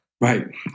Right